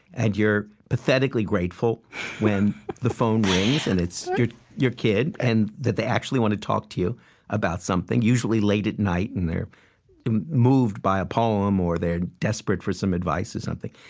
and you're pathetically grateful when the phone and it's your your kid, and that they actually want to talk to you about something usually late at night, and they're moved by a poem, or they're desperate for some advice or something.